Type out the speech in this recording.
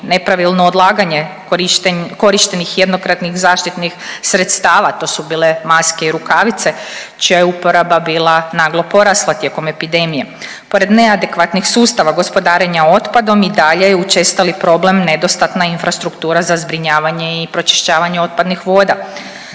nepravilno odlaganje korištenih jednokratnih zaštitnih sredstava. To su bile maske i rukavice čija je uporaba bila naglo porasla tijekom epidemije. Pored neadekvatnih sustava gospodarenja otpadom i dalje je učestali problem nedostatna infrastruktura za zbrinjavanje i pročišćavanje otpadnih voda.